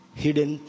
hidden